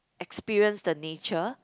experience the nature